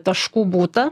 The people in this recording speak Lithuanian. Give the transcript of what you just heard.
taškų būta